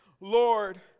Lord